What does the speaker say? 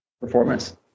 performance